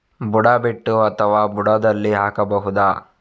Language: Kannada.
ಬುಡ ಬಿಟ್ಟು ಅಥವಾ ಬುಡದಲ್ಲಿ ಹಾಕಬಹುದಾ?